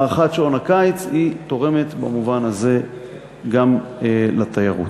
הארכת שעון הקיץ תורמת במובן הזה גם לתיירות.